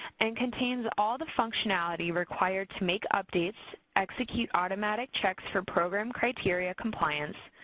and contains all the functionality required to make updates, execute automatic checks for program criteria compliance,